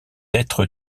être